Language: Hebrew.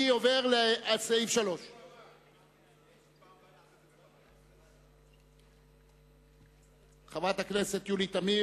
אני עובר לסעיף 3. חברת הכנסת יולי תמיר